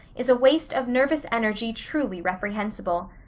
is a waste of nervous energy truly reprehensible.